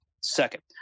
Second